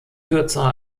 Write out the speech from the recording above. kürzer